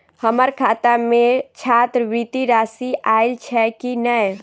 हम्मर खाता मे छात्रवृति राशि आइल छैय की नै?